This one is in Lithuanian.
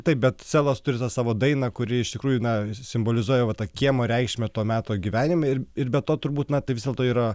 taip bet selas turi tą savo dainą kuri iš tikrųjų na simbolizuoja va tą kiemą reikšmę to meto gyvenime ir ir be to turbūt na tai vis dėlto yra